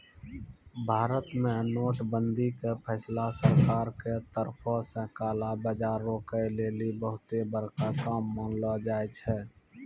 भारत मे नोट बंदी के फैसला सरकारो के तरफो से काला बजार रोकै लेली बहुते बड़का काम मानलो जाय छै